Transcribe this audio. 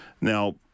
Now